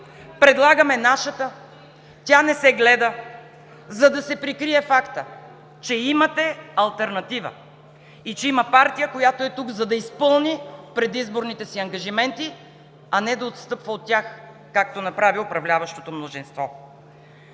Предлагаме нашата – тя не се гледа, за да се прикрие фактът, че имате алтернатива и че има партия, която е тук, за да изпълни предизборните си ангажименти, а не да отстъпва от тях, както направи управляващото мнозинство.